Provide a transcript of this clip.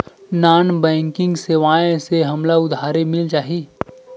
Non banking सेवाएं से हमला उधारी मिल जाहि?